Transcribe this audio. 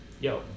yo